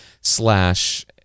slash